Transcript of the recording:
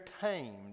tamed